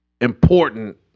important